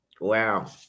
wow